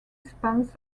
spans